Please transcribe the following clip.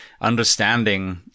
understanding